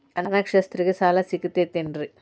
ಅನಕ್ಷರಸ್ಥರಿಗ ಸಾಲ ಸಿಗತೈತೇನ್ರಿ?